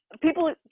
people